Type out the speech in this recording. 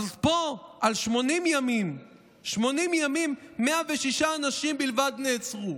אבל פה על 80 ימים 80 ימים ו-106 אנשים בלבד נעצרו.